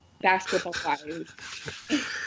basketball-wise